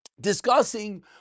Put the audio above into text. discussing